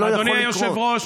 אדוני היושב-ראש,